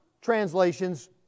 translations